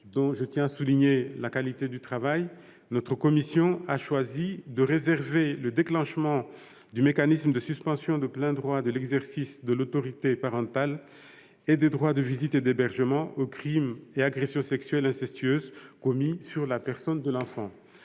dont je tiens à souligner la qualité du travail, notre commission a choisi de réserver le déclenchement du mécanisme de suspension de plein droit de l'exercice de l'autorité parentale et des droits de visite et d'hébergement aux crimes et agressions sexuelles incestueuses commis sur la personne de l'enfant.